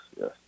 yes